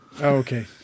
okay